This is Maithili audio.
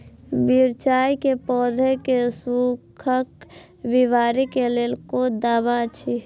मिरचाई के पौधा के सुखक बिमारी के लेल कोन दवा अछि?